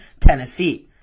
Tennessee